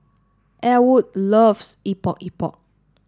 Elwood loves Epok Epok